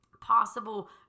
possible